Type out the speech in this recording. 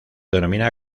denomina